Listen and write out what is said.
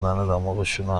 دماغشونو